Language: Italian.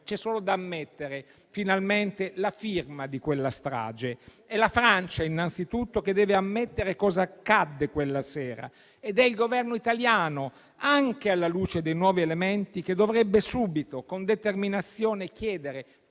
C'è solo da mettere finalmente la firma di quella strage. È la Francia, innanzitutto, che deve ammettere cosa accadde quella sera ed è il Governo italiano, anche alla luce dei nuovi elementi, che dovrebbe subito, con determinazione, chiedere